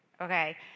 Okay